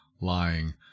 lying